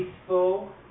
peaceful